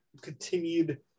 continued